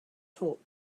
talk